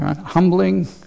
Humbling